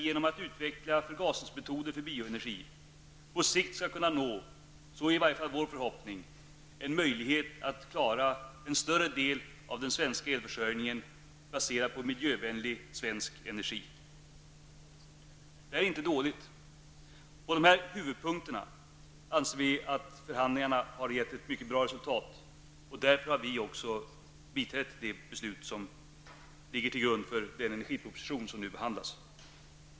Genom att utveckla förgasningsmetoder för bioenergi skall vi på sikt kunna nå, det är i varje fall vår förhoppning, en möjlighet att basera en större del av den svenska elförsörjningen på miljövänlig svensk energi, och det är inte dåligt. Vi anser att förhandlingarna har gett ett mycket bra resultat på dessa huvudpunkter. Därför har folkpartiet liberalerna också biträtt de beslut som ligger till grund för den energiproposition som nu skall behandlas.